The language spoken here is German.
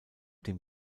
dem